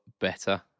better